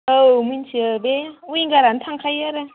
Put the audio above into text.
औ मिन्थियो उइंगारानो थांखायो आरो